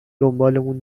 دنبالمون